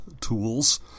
tools